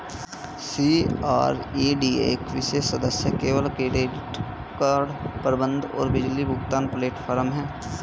CRED एक विशेष सदस्य केवल क्रेडिट कार्ड प्रबंधन और बिल भुगतान प्लेटफ़ॉर्म है